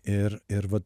ir ir va